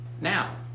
Now